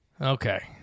Okay